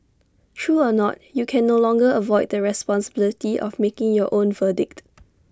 true or not you can no longer avoid the responsibility of making your own verdict